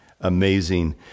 Amazing